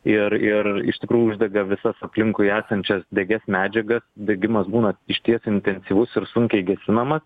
ir ir iš tikrųjų uždega visas aplinkui esančias degias medžiagas degimas būna išties intensyvus ir sunkiai gesinamas